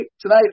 tonight